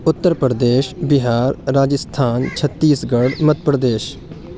Uttar Pradesh Bihar Rajasthan Chhattisgarh Madhya Pradesh